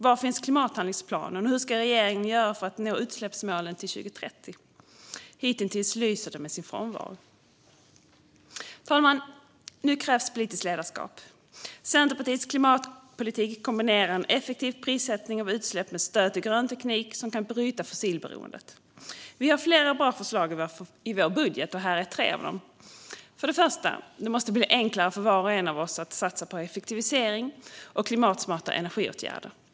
Var finns klimathandlingsplanen? Hur ska regeringen göra för att nå utsläppsmålen till 2030? Hitintills lyser förslagen med sin frånvaro. Herr talman! Nu krävs politiskt ledarskap. Centerpartiets klimatpolitik kombinerar en effektiv prissättning av utsläpp med stöd till grön teknik som kan bryta fossilberoendet. Vi har flera bra förslag i vår budget. Här är tre av dem. För det första måste det bli enklare för var och en av oss att satsa på effektivisering och klimatsmarta energiåtgärder.